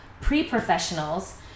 pre-professionals